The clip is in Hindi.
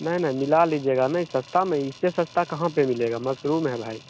नहीं नहीं मिला लीजिएगा न सस्ता में इससे सस्ता कहाँ पर मिलेगा मशरूम है भाई